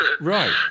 Right